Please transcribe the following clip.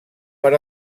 per